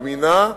במינה,